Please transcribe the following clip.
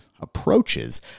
approaches